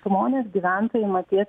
žmonės gyventojai matyt